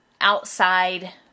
outside